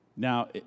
Now